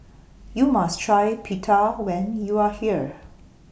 YOU must Try Pita when YOU Are here